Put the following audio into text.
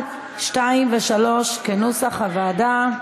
2 ו-3 כנוסח הוועדה.